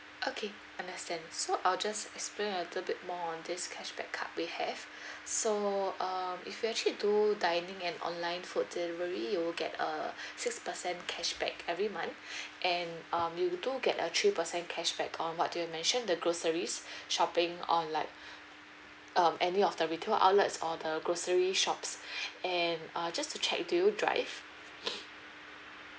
okay understand so I will just explain a little bit more on this cashback card we have so um if you actually do dining and online food delivery you will get a six percent cashback every month and um you will do get a three percent cashback on what do you mention the groceries shopping or like um any of the retail outlets or the grocery shops and uh just to check do you drive